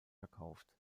verkauft